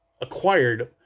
acquired